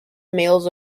males